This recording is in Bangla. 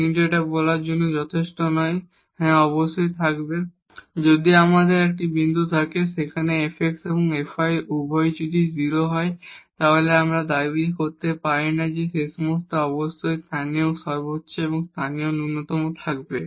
কিন্তু এটা বলার জন্য যথেষ্ট নয় যে হ্যাঁ অবশ্যই থাকবে যদি আমাদের একটি বিন্দু থাকে যেখানে fx এবং fy উভয়ই 0 হয় তাহলে আমরা দাবি করতে পারি না যে এই সময়ে অবশ্যই একটি লোকাল ম্যাক্সিমা এবং লোকাল মিনিমা থাকবে